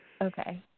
Okay